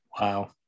Wow